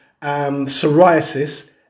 psoriasis